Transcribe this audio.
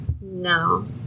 No